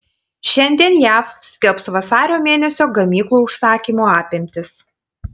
šiandien jav skelbs vasario mėnesio gamyklų užsakymų apimtis